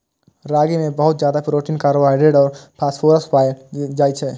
रागी मे बहुत ज्यादा प्रोटीन, कार्बोहाइड्रेट आ फास्फोरस पाएल जाइ छै